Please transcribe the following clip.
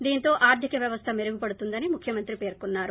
దీంతో ఆర్ధిక వ్యవస్ల మెరుగుపడుతుందని ముఖ్యమంత్రి పేర్కొన్నారు